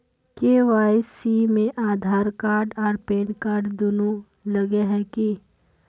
KYC में Aadhaar card आर PAN card दुनू लगे है की?